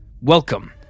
Welcome